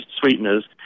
sweeteners